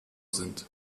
sind